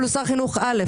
אבל הוא שר חינוך א',